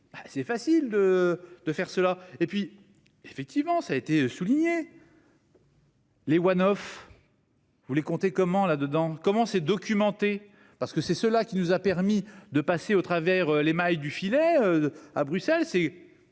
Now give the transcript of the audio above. C'est facile. De faire cela et puis effectivement ça a été souligné. Les One of. Vous les compter comment là-dedans. Comment s'est documenté parce que c'est cela qui nous a permis de passer au travers les mailles du filet à Bruxelles